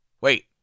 wait